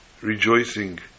rejoicing